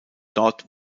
dort